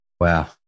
Wow